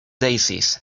daisies